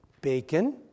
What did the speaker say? bacon